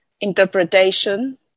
interpretation